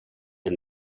and